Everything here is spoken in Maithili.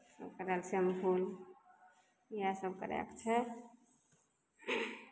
ताहिके बाद शैम्पू इएहसभ करयके छै